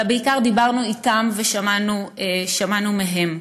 אלא בעיקר דיברנו איתם ושמענו מהם.